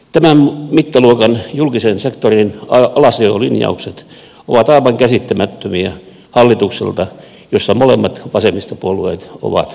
tämän mittaluokan julkisen sektorin alasajolinjaukset ovat aivan käsittämättömiä hallitukselta jossa molemmat vasemmistopuolueet ovat mukana